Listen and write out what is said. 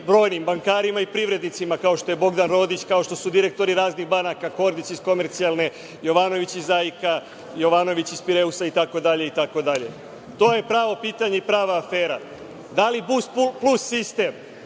brojnim bankarima i privrednicima kao što je Bogdan Rodić, kao što su direktori raznih banaka, Kordić iz Komercijalne, Jovanović iz AIK, Jovanović iz Pireusa itd. To je pravo pitanje i prava afera. Da li Busplus sistem